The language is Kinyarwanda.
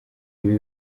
ibi